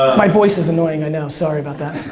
my voice is annoying, i know, sorry about that.